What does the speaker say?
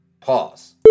Pause